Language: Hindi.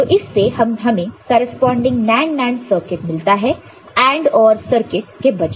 तो इससे हमें करेस्पॉन्डिंग NAND NAND सर्किट मिलता है AND OR सर्किट के बजाय